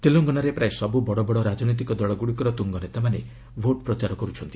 ତେଲଙ୍ଗାନାରେ ପ୍ରାୟ ସବୁ ବଡ଼ ବଡ଼ ରକାନୈତିକ ଦଳଗୁଡ଼ିକର ତୁଙ୍ଗ ନେତାମାନେ ଭୋଟ୍ ପ୍ରଚାର କରୁଛନ୍ତି